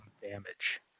damage